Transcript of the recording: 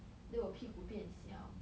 then 我屁股变小